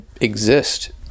exist